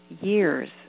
years